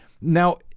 Now